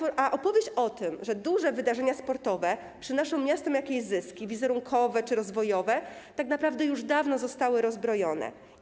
Opowieści o tym, że duże wydarzenia sportowe przynoszą miastom zyski wizerunkowe czy rozwojowe, tak naprawdę już dawno zostały rozbrojone.